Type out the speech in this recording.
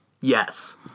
Yes